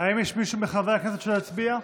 האם יש מישהו מחברי הכנסת שלא הצביע?